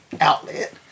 outlet